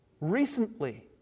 Recently